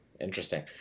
Interesting